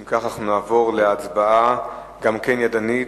אם כך, אנחנו נעבור להצבעה, גם כן ידנית,